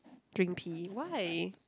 drink pee why